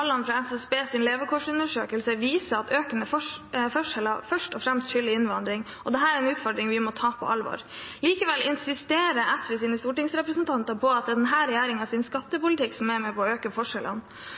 Tallene fra SSBs levekårsundersøkelse viser at økende forskjeller først og fremst skyldes innvandring. Dette er en utfordring vi må ta på alvor. Likevel insisterer SVs stortingsrepresentanter på at det er denne regjeringens skattepolitikk som er med på å øke forskjellene.